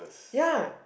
ya